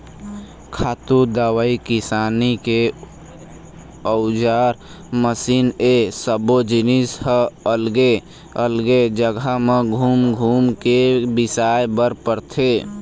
खातू, दवई, किसानी के अउजार, मसीन ए सब्बो जिनिस ह अलगे अलगे जघा म घूम घूम के बिसाए बर परथे